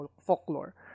folklore